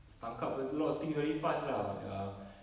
tangkap a lot of things very fast lah ya